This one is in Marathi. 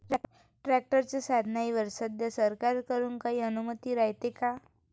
ट्रॅक्टरच्या साधनाईवर सध्या सरकार कडून काही अनुदान रायते का?